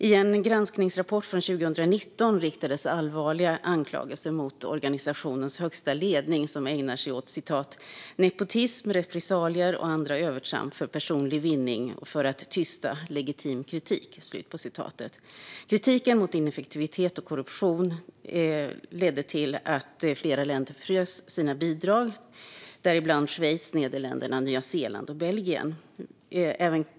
I en granskningsrapport från 2019 riktades allvarliga anklagelser mot organisationens högsta ledning, som ägnar sig åt nepotism, repressalier och andra övertramp för personlig vinning och för att tysta legitim kritik. Kritiken mot ineffektivitet och korruption ledde till att flera länder, däribland Schweiz, Nederländerna, Nya Zeeland och Belgien, frös sina bidrag.